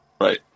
Right